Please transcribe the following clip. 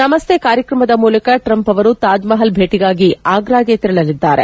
ನಮಸ್ತೆ ಕಾರ್ಯಕ್ರಮದ ಬಳಿಕ ಟ್ರಂಪ್ ಅವರು ತಾಜ್ ಮಪಲ್ ಭೇಟಿಗಾಗಿ ಆಗ್ರಾಗೆ ತೆರಳಲಿದ್ದಾರೆ